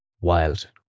Wild